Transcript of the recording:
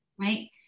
Right